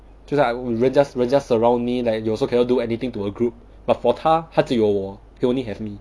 就是 like 人家人家 surround me like you also cannot do anything to a group but for 他他只有我 he only have me